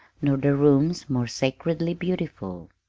nor the rooms more sacredly beautiful.